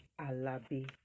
Alabi